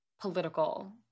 political